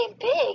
big